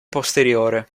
posteriore